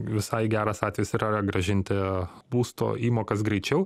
visai geras atvejis ir yra grąžinti būsto įmokas greičiau